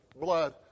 blood